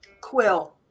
Quill